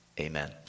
amen